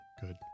Good